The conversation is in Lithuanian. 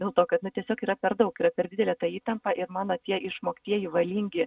dėl to kad na tiesiog yra per daug yra per didelė ta įtampa ir mano tie išmoktieji valingi